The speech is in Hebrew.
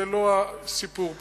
זה לא הסיפור פה.